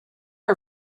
are